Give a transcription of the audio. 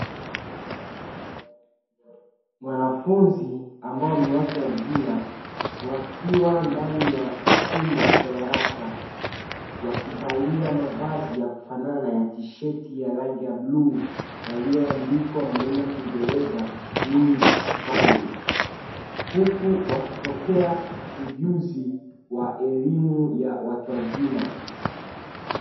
Wanafunzi ambao ni watu wazima wakiwa ndani ya chumba cha darasa wakivalia mavazi ya kufanana ya tisheti ya rangi ya bluu yaliyoandikwa maneno ya kingereza ''LOUIS FAMILY'' huku wakipokea ujuzi wa elimu ya watu wazima.